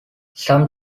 some